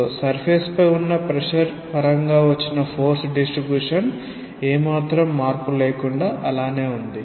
కాబట్టి సర్ఫేస్ పై ఉన్న ప్రెషర్ పరంగా వచ్చిన ఫోర్స్ డిస్ట్రిబ్యూషన్ ఏ మాత్రం మార్పులేకుండా అలానే ఉంది